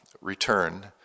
return